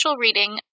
reading